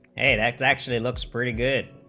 and act actually looks pretty good